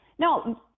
No